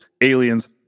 Aliens